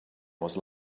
was